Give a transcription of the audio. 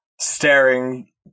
staring